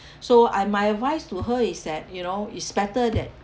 so I my advice to her is that you know it's better that